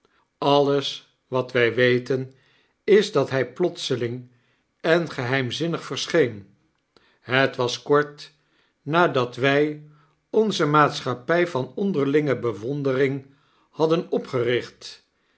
alles watwg weten is dat hij plotselingengeheimzinnigverscheen het was kort nadat wjj onze maatschappij van onderlinge bewondering hadden opgericht